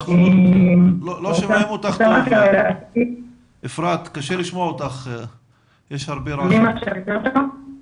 אנחנו מאפשרים להורים לילדים האלרגיים להיכנס לתוך בית הספר בתיאום עם